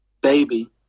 Baby